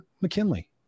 McKinley